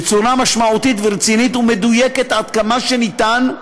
בצורה משמעותית ורצינית ומדויקת עד כמה שניתן,